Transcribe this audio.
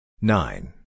Nine